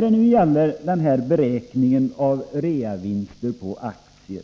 Beträffande beräkningen av reavinster på aktier